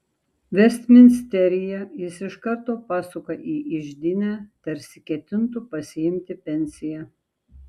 vestminsteryje jis iš karto pasuka į iždinę tarsi ketintų pasiimti pensiją